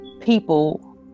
people